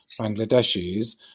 Bangladeshis